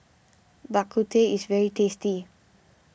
Bak Kut Teh is very tasty